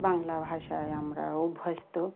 বাংলা ভাষায় আমরা অভ্যস্ত